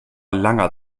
langer